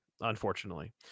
unfortunately